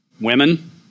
women